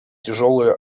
тяжелую